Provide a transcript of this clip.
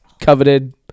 coveted